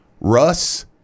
Russ